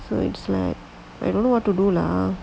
so it's like I don't know what to do lah